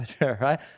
right